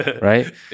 right